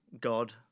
God